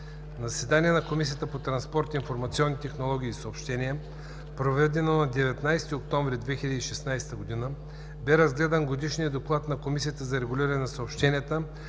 заседание на Комисията по транспорт, информационни технологии и съобщения, проведено на 19 октомври 2016 г., бе разгледан Годишният доклад на Комисията за регулиране на съобщенията